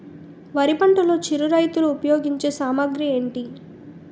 వరి పంటలో చిరు రైతులు ఉపయోగించే సామాగ్రి ఏంటి?